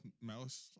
mouse